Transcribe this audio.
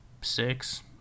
six